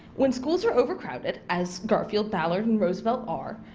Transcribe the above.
when schools are overcrowded, as garfield ballard and roosevelt are,